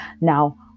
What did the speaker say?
Now